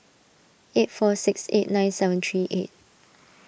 eight four six eight nine seven three eight